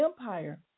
empire